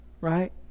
right